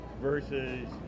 versus